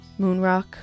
moonrock